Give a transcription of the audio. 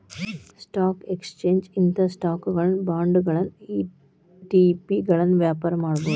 stock exchange ಇಂದ ಸ್ಟಾಕುಗಳನ್ನ ಬಾಂಡ್ಗಳನ್ನ ಇ.ಟಿ.ಪಿಗಳನ್ನ ವ್ಯಾಪಾರ ಮಾಡಬೋದು